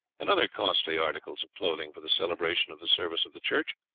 and other costly articles of clothing for the celebration of the service of the church,